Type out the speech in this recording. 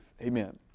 amen